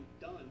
done